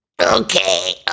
Okay